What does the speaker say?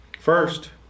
First